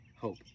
hope